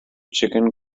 chicken